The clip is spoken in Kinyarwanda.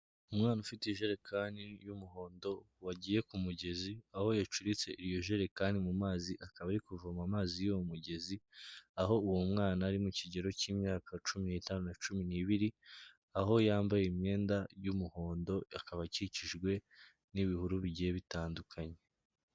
Umwana ufite ijerekani y'umuhondo wagiye ku mugezi, aho yacuritse iyo jerekani mu mazi akaba ari kuvoma amazi y'uwo mugezi, aho uwo mwana ari mu kigero cy'imyaka cumi n'itanu na cumi n'ibiri, aho yambaye imyenda y'umuhondo akaba akikijwe n'ibihuru bigiye bitandukanye.